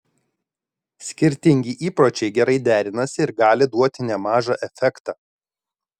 skirtingi įpročiai gerai derinasi ir gali duoti nemažą efektą